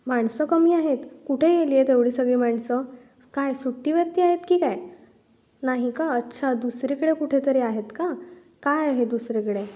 माणसं कमी आहेत कुठे गेली आहेत एवढी सगळी माणसं काय सुट्टीवरती आहेत की काय नाही का अच्छा दुसरीकडे कुठे तरी आहेत का काय आहे दुसरीकडे